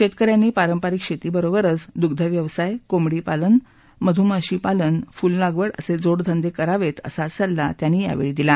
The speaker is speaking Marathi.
शेतक यांनी पारंपारिक शेती बरोबर दुग्धव्यवसाय कोबंडी पालन मधुमाशी पालन फूल लागवड असं जोडधंदे करावेत असा सल्ला त्यांनी यावेळी दिला